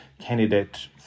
candidate